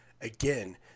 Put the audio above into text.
Again